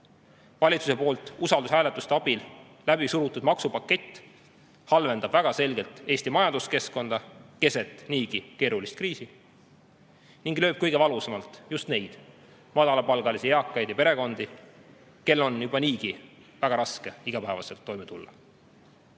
Valitsuse poolt usaldushääletuste abil läbi surutud maksupakett halvendab väga selgelt Eesti majanduskeskkonda keset niigi keerulist kriisi ning lööb kõige valusamalt just neid madalapalgalisi, eakaid ja perekondi, kel on juba niigi väga raske igapäevaselt toime tulla.